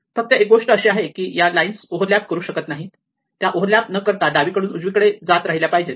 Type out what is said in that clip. फक्त एक गोष्ट अशी आहे की या लाईन्स ओव्हर लॅप करू शकत नाहीत त्या ओव्हर लॅप न करता डावीकडून उजवीकडे जात राहिल्या पाहिजेत